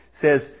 says